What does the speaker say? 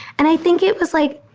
and i think it was like,